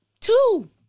Two